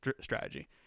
strategy